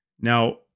Now